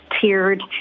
tiered